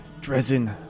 Dresden